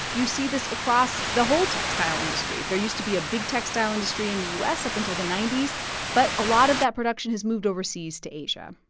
you see this across the whole textile industry. there used to be a big textile industry in the u s. up until the zero but a lot of that production has moved overseas to asia.